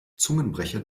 zungenbrecher